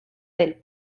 del